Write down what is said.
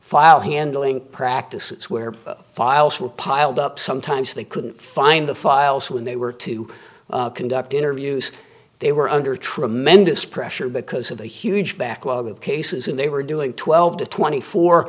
file handling practices where files were piled up sometimes they couldn't find the files when they were to conduct interviews they were under tremendous pressure because of the huge backlog of cases and they were doing twelve to twenty four